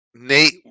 Nate